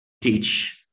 teach